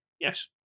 yes